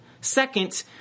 Second